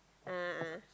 a'ah